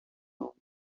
membres